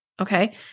Okay